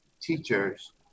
teachers